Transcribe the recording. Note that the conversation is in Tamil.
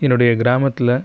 என்னுடைய கிராமத்தில்